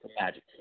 Magic